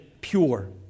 pure